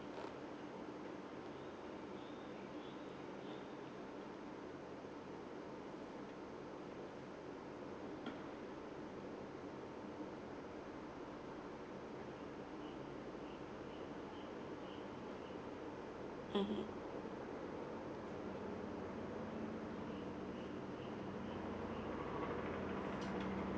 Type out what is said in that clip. mmhmm